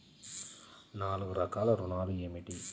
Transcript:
నాలుగు రకాల ఋణాలు ఏమిటీ?